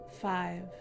Five